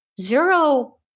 zero